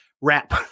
wrap